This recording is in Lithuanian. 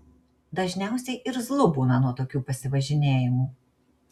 dažniausiai irzlu būna nuo tokių pasivažinėjimų